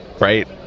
right